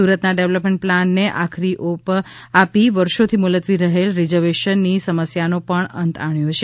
સુરતના ડેવલપમેન્ટ પ્લાનને આખરી મંજૂરી આપી વર્ષોથી મુલતવી રહેલ રિઝર્વેશનની સમસ્યાનો પણ અંત આણ્યો છે